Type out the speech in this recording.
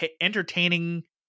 entertaining